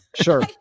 Sure